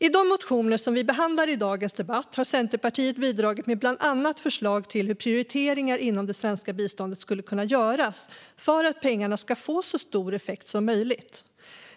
I de motioner som vi behandlar i dagens debatt har Centerpartiet bidragit med bland annat förslag till hur prioriteringar inom det svenska biståndet skulle kunna göras för att pengarna ska få så stor effekt som möjligt.